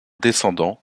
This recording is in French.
descendant